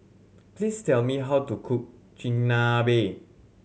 please tell me how to cook Chigenabe